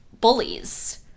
bullies